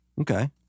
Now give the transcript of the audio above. Okay